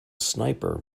sniper